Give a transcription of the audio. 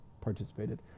participated